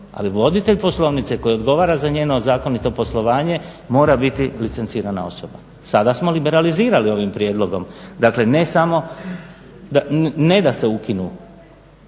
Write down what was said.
ali voditelj poslovnice koji odgovara za njeno zakonito poslovanje mora biti licencirana osoba. Sada smo liberalizirali ovim prijedlogom, dakle ne samo ne da se ukine,